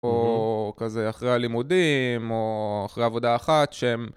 או כזה אחרי הלימודים, או אחרי עבודה אחת, שהם...